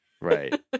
Right